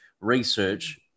research